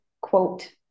quote